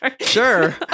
Sure